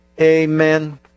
Amen